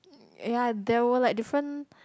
ya there were like different